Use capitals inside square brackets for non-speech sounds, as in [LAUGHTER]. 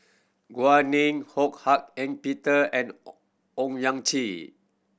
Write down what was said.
[UNINTELLIGIBLE] Ning Ho Hak Ean Peter and [UNINTELLIGIBLE] Owyang Chi